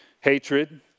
hatred